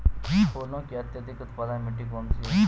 फूलों की अत्यधिक उत्पादन मिट्टी कौन सी है?